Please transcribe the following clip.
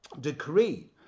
decree